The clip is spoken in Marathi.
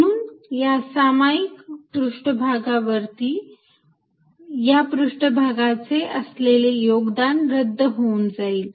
म्हणून या सामायिक पृष्ठभागावरती या पृष्ठभागाचे असलेले योगदान रद्द होऊन जाईल